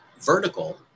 vertical